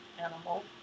animal